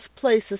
places